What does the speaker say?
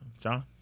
John